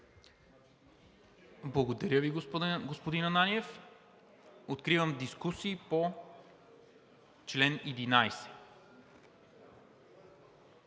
Благодаря Ви, господин Ананиев. Откривам дискусия по чл. 11.